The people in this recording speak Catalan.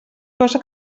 cosa